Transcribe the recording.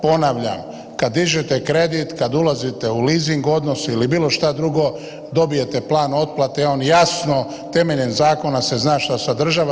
Ponavljam, kad dižete kredit, kad ulazite u leasing odnos ili bilo šta drugo dobijete plan otplate i on jasno temeljem zakona se zna šta sadržava.